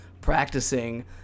practicing